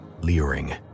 leering